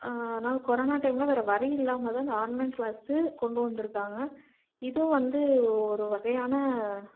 ஆனால் கொரோனா டைம்ல வேற வழி இல்லாமல் தான் இந்த ஆன்லைன் க்ளாஸு கொண்டு வந்திருக்காங்க இது வந்து ஒரு வகையான